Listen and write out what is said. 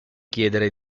chiedere